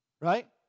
Right